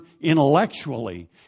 intellectually